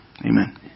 Amen